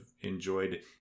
enjoyed